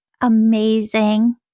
amazing